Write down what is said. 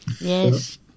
Yes